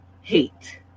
hate